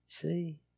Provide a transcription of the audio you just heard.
See